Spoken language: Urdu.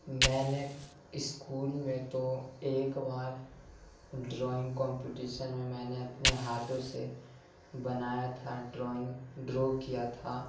میں نے اسکول میں تو ایک بار ڈرائنگ کمپٹیشن میں میں نے اپنے ہاتھوں سے بنایا تھا ڈرائنگ ڈرا کیا تھا